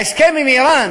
ההסכם עם איראן